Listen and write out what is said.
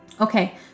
Okay